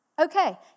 Okay